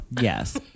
Yes